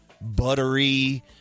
buttery